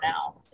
now